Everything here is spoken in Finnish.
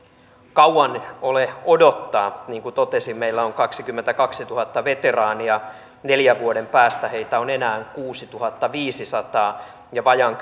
kauan ole odottaa niin kuin totesin meillä on kaksikymmentäkaksituhatta veteraania neljän vuoden päästä heitä on enää kuusituhattaviisisataa ja vajaan